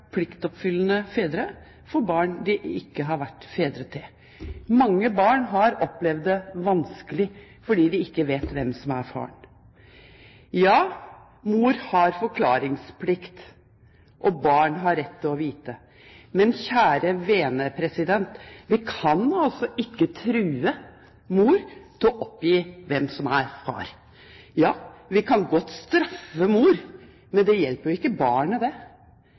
pliktoppfyllende fedre for barn som de ikke har vært far til. Mange barn har opplevd det som vanskelig at de ikke vet hvem som er far. Ja, mor har forklaringsplikt, og barn har rett til å vite. Men kjære vene, vi kan altså ikke true mor til å oppgi hvem som er far. Vi kan godt straffe mor, men det hjelper jo ikke barnet.